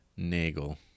Nagel